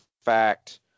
fact